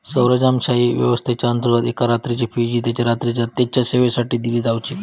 सरंजामशाही व्यवस्थेच्याअंतर्गत एका रात्रीची फी जी रात्रीच्या तेच्या सेवेसाठी दिली जावची